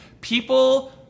people